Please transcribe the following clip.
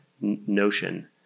notion